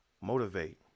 motivate